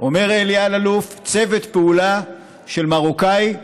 אומר אלי אלאלוף: צוות פעולה של מרוקאי,